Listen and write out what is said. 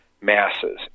masses